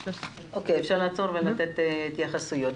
ונשמע התייחסויות.